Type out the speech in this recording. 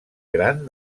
gran